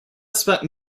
spent